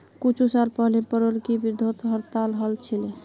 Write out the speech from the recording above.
कुछू साल पहले पेरोल करे विरोधत हड़ताल हल छिले